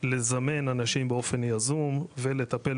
לזמן אנשים באופן יזום ולטפל בהם.